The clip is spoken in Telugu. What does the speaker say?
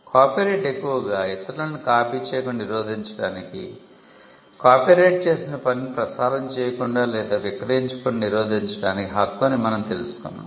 కాపీరైట్ ఎక్కువగా ఇతరులను కాపీ చేయకుండా నిరోధించడానికి కాపీరైట్ చేసిన పనిని ప్రసారం చేయకుండా లేదా విక్రయించకుండా నిరోధించడానికి హక్కు అని మనం తెలుసుకున్నాం